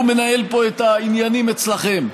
הוא מנהל פה את העניינים אצלכם,